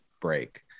break